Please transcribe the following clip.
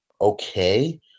Okay